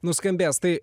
nuskambės tai